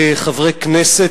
חברי הכנסת,